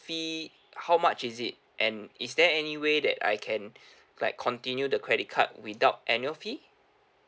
fee how much is it and is there any way that I can like continue the credit card without annual fee